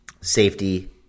Safety